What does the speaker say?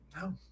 no